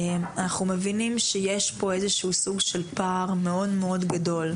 אנחנו מבינים שיש פה איזה שהוא סוג של פער מאוד מאוד גדול.